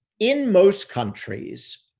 in most countries,